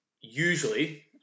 usually